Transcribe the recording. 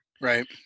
Right